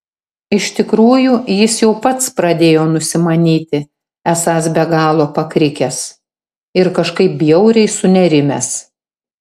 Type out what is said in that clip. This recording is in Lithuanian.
iš tikrųjų jis jau pats pradėjo nusimanyti esąs be galo pakrikęs ir kažkaip bjauriai sunerimęs